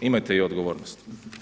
Imajte i odgovornost.